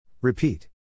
Repeat